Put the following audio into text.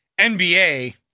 NBA